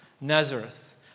Nazareth